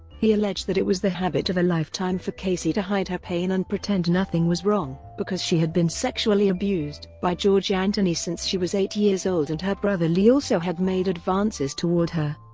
he alleged that it was the habit of a lifetime for casey to hide her pain and pretend nothing was wrong, because she had been sexually abused by george anthony since she was eight years old and her brother lee also had made advances toward her.